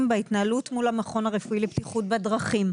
בהתנהלות מול המכון הרפואי לבטיחות בדרכים.